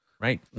right